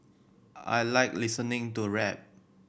I like listening to rap